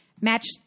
match